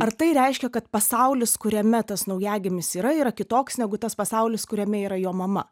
ar tai reiškia kad pasaulis kuriame tas naujagimis yra yra kitoks negu tas pasaulis kuriame yra jo mama